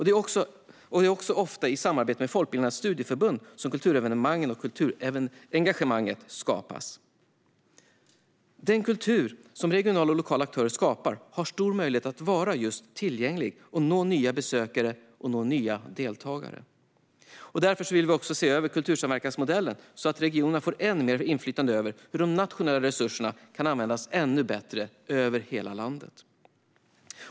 Det är ofta i samarbete med folkbildningens studieförbund som kulturevenemangen och kulturengagemanget skapas. Den kultur som regionala och lokala aktörer skapar har stor möjlighet att vara tillgänglig och nå nya besökare och deltagare. Vi vill därför se över kultursamverkansmodellen så att regionerna får mer inflytande över hur de nationella resurserna kan användas ännu bättre över hela landet.